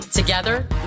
Together